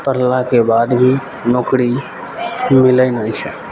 पढ़लाके बाद भी नौकरी मिलय नहि छै